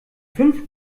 fünf